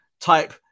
type